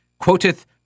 quoteth